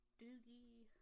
doogie